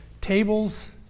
tables